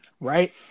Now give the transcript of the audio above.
right